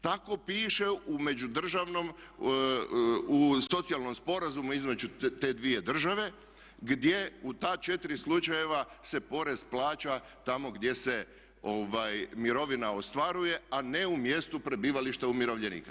Tako piše u međudržavnom, u socijalnom sporazumu između te dvije države gdje u ta četiri slučajeva se porez plaća tamo gdje se mirovina ostvaruje a ne u mjestu prebivališta umirovljenika.